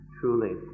truly